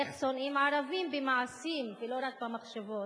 איך שונאים ערבים במעשים ולא רק במחשבות?